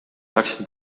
läksin